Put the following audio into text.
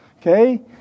Okay